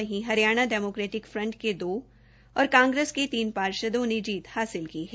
वहीं Haryana Democratic Front के दो और कांग्रेस के तीन पार्षदों ने जीत हासिल की है